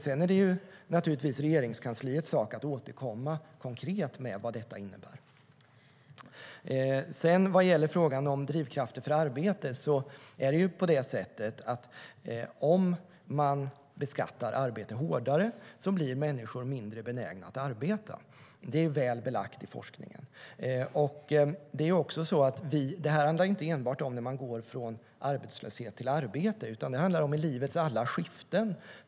Sedan är det naturligtvis Regeringskansliets sak att återkomma med vad detta konkret innebär. Vad gäller frågan om drivkrafter för arbete är det så att om man beskattar arbete hårdare blir människor mindre benägna att arbeta. Det är väl belagt i forskningen. Det här handlar inte enbart om att gå från arbetslöshet till arbete, utan det handlar om livets alla skiften.